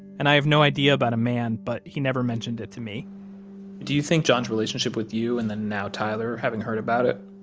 and i have no idea about a man, but he never mentioned it to me do you think john's relationship with you, and then now tyler, having heard about it,